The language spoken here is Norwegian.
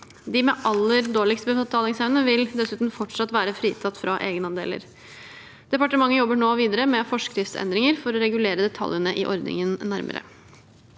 De med aller dårligst betalingsevne vil dessuten fortsatt være fritatt fra egenandeler. Departementet jobber nå videre med forskriftsendringer for å regulere detaljene i ordningen nærmere.